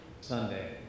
Sunday